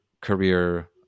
career